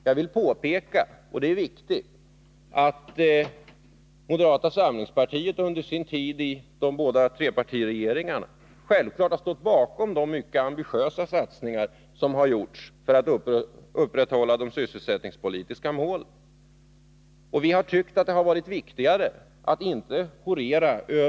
Jag vill påpeka att — och det är viktigt — moderata samlingspartiet under sin tid i de båda trepartiregeringarna självfallet har stått bakom de mycket ambitiösa satsningar som har gjorts för att uppnå de Isättningspolitiska målen.